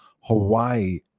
Hawaii